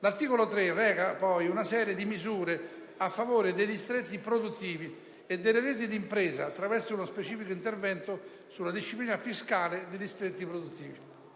L'articolo 3 reca una serie di misure a favore dei distretti produttivi e delle reti di impresa, attraverso uno specifico intervento sulla disciplina fiscale dei distretti produttivi.